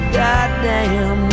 goddamn